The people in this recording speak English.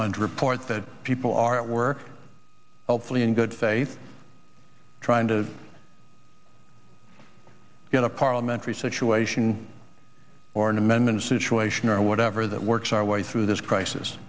want to report that people are at work hopefully in good faith trying to get a parliamentary situation or an amendment situation or whatever that works our way through this crisis